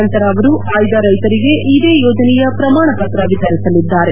ನಂತರ ಅವರು ಆಯ್ದ ರೈತರಿಗೆ ಇದೇ ಯೋಜನೆಯ ಪ್ರಮಾಣ ಪತ್ರ ವಿತರಿಸಲಿದ್ದಾರೆ